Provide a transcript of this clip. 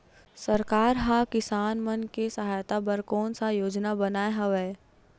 सरकार हा किसान मन के सहायता बर कोन सा योजना बनाए हवाये?